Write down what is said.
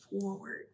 forward